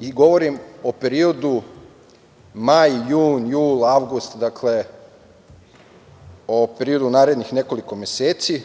i govorim o periodu maj, jun, jul, avgust, o periodu narednih nekoliko meseci.